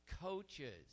coaches